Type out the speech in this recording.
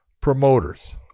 promoters